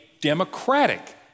democratic